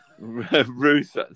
Ruth